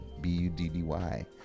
b-u-d-d-y